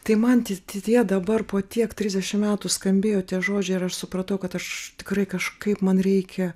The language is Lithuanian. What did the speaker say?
tai man ti ti tie dabar po tiek trisdešim metų skambėjo tie žodžiai ir aš supratau kad aš tikrai kažkaip man reikia